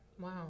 Wow